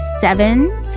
seven